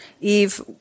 Eve